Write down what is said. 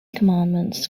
commandments